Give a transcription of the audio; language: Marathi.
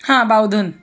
हां बावधन